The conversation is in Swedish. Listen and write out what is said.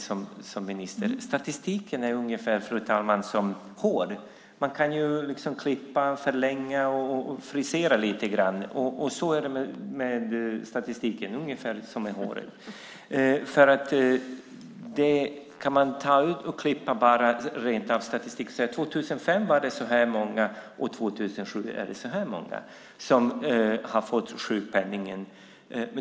Statistiken, fru talman, är ungefär som hår. Man kan liksom klippa, förlänga och frisera lite grann. Så är det med statistiken, ungefär som med håret. Man kan klippa statistik rakt av och säga att 2005 var det så här många och 2007 var det så många som fick sjukpenning.